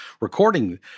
recording